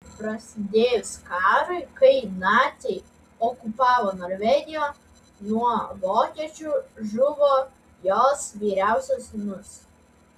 prasidėjus karui kai naciai okupavo norvegiją nuo vokiečių žuvo jos vyriausias sūnus